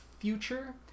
future